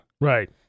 Right